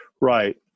Right